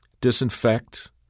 disinfect